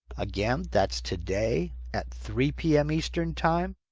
again that's today at three p m. eastern time,